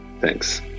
Thanks